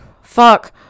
fuck